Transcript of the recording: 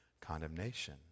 condemnation